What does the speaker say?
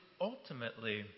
ultimately